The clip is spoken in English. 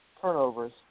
turnovers